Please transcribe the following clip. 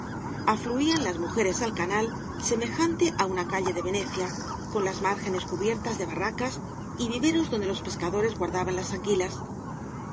tierras afluían las mujeres al canal semejante á una calle de venecia v bliasoo ibáñbz con laa márgenes cubiertas de barracas y viveros donde los pescadores guardaban las anguilas